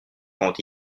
quand